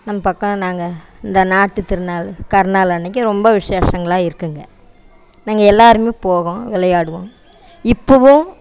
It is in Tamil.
நம்ம பக்கம் நாங்கள் இந்த நாட்டு திருநாள் கரிநாள் அன்றைக்கி ரொம்ப விஷேஷங்களா இருக்குதுங்க நாங்கள் எல்லாருமே போவோம் விளையாடுவோம் இப்பவும்